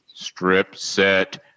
STRIPSET